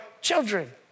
children